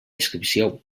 inscripció